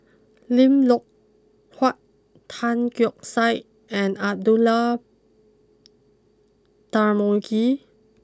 Lim Loh Huat Tan Keong Saik and Abdullah Tarmugi